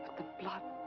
the blood,